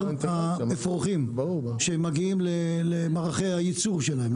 האפרוחים שמגיעים למערכי הייצור שלהם,